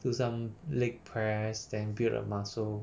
do some leg press then build up the muscle